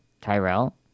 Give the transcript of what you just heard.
Tyrell